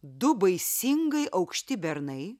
du baisingai aukšti bernai